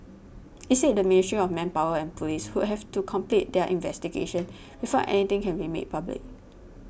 it said the Ministry of Manpower and police would have to complete their investigations before anything can be made public